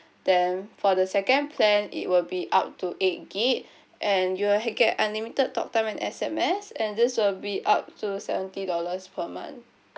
then for the second plan it will be up to eight gig and you'll get unlimited talk time and S_M_S and this will be up to seventy dollars per month